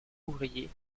ouvrier